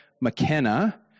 McKenna